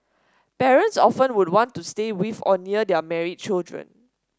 parents often would want to stay with or near their married children